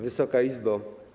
Wysoka Izbo!